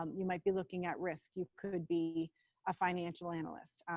um you might be looking at risk, you could be a financial analyst.